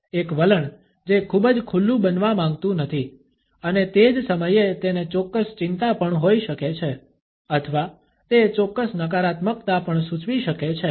એક વલણ જે ખૂબ જ ખુલ્લું બનવા માંગતું નથી અને તે જ સમયે તેને ચોક્કસ ચિંતા પણ હોઈ શકે છે અથવા તે ચોક્કસ નકારાત્મકતા પણ સૂચવી શકે છે